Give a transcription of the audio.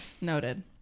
Noted